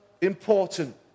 important